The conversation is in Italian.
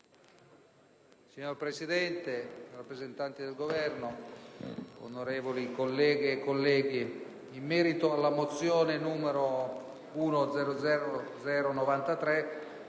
Signora Presidente, rappresentanti del Governo, onorevoli colleghe e colleghi, con la mozione n. 93